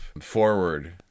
forward